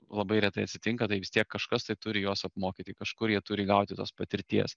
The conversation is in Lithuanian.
labai retai atsitinka tai vis tiek kažkas tai turi juos apmokyti kažkur jie turi gauti tos patirties